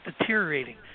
deteriorating